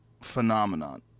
phenomenon